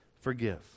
forgive